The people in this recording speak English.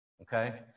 okay